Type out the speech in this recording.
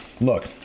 Look